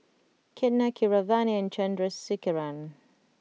Ketna Keeravani and Chandrasekaran